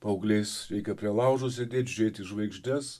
paaugliais reikia prie laužo sėdėt žiūrėt į žvaigždes